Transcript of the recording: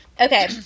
Okay